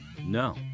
No